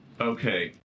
Okay